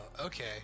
okay